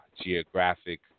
geographic